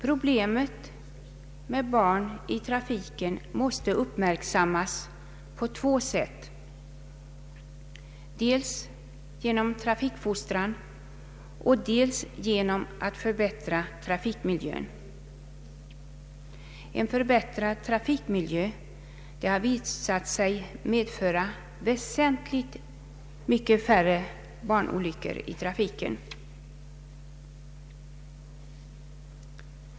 Problemet med barn i trafiken måste uppmärksammas på två sätt, dels genom trafikfostran, dels genom att förbättra trafikmiljön. En förbättrad trafikmiljö har visat sig medföra väsentligt färre barnolyckor i trafiken.